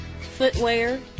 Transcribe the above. footwear